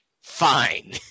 Fine